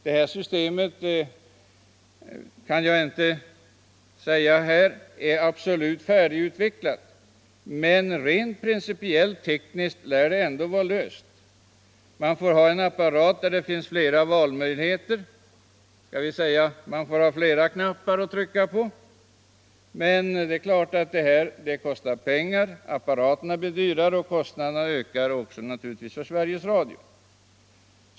Detta system är inte helt färdigutvecklat, men = vissa handikappade rent principiellt tekniskt lär problemet ändå vara löst. Det krävs en apparat = att ta del av med flera valmöjligheter — med flera knappar att trycka på. En sådan Sveriges Radios apparat kostar naturligtvis mycket pengar, och även kostnaderna för Sve — programutbud riges Radio ökar.